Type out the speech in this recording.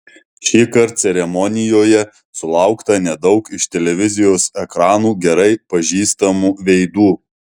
šįkart ceremonijoje sulaukta nedaug iš televizijos ekranų gerai pažįstamų veidų